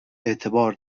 اعتبار